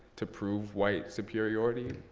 to prove white superiority,